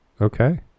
Okay